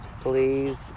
Please